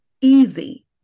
easy